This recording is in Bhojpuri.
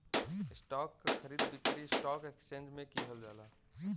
स्टॉक क खरीद बिक्री स्टॉक एक्सचेंज में किहल जाला